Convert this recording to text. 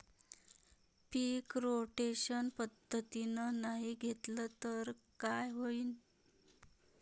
पीक rotation पद्धतीनं नाही घेतलं तर काय होईन?